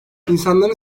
i̇nsanların